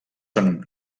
són